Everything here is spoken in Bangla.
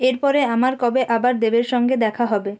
এরপরে আমার কবে আবার দেবের সঙ্গে দেখা হবে